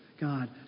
God